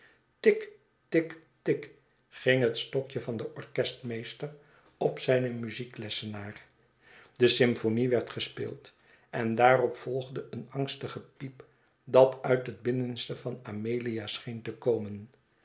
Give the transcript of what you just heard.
tik tik tik ging het stokje van den orchestmeester op zijn muzieklessenaar de symphonic werd gespeeld en daarop volgde een angstig gepiep dat uit het binnenste van amelia scheen te komen